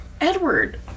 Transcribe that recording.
edward